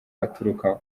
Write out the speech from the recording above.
aturuka